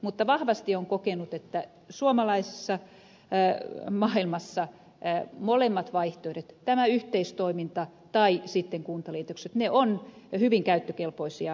mutta vahvasti olen kokenut että suomalaisessa maailmassa molemmat vaihtoehdot tämä yhteistoiminta tai sitten kuntaliitokset ovat hyvin käyttökelpoisia vaihtoehtoja